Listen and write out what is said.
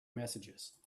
messages